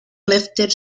lifted